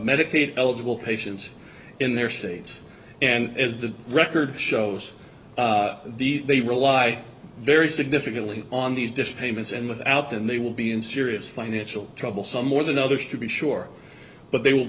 medicaid eligible patients in their states and as the record shows the they rely very significantly on these dish payments and without and they will be in serious financial trouble some more than others to be sure but they will